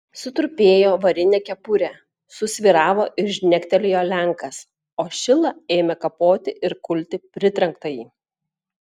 sutrupėjo varinė kepurė susvyravo ir žnektelėjo lenkas o šila ėmė kapoti ir kulti pritrenktąjį